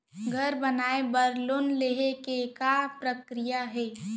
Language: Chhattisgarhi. घर बनाये बर लोन लेहे के का प्रक्रिया हे?